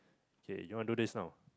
K you wanna do this now